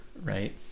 right